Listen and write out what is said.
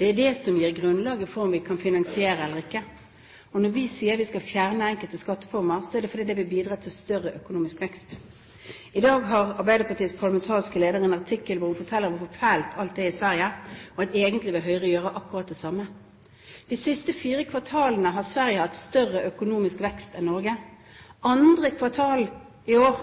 Det er det som gir grunnlaget for om vi kan finansiere eller ikke. Når vi sier vi skal fjerne enkelte skatteformer, er det fordi det vil bidra til større økonomisk vekst. I dag har Arbeiderpartiets parlamentariske leder en artikkel hvor hun forteller hvor fælt alt er i Sverige, og at Høyre egentlig vil gjøre akkurat det samme. De siste fire kvartalene har Sverige hatt større økonomisk vekst enn Norge. I andre kvartal i år